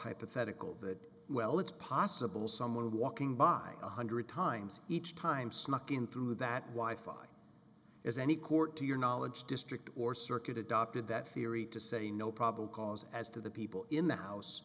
hypothetical that well it's possible someone walking by one hundred times each time snuck in through that why five is any court to your knowledge district or circuit adopted that theory to say no probable cause as to the people in the house